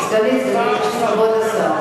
סגנית, השר פה.